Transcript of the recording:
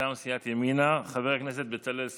מטעם סיעת ימינה, חבר הכנסת בצלאל סמוטריץ',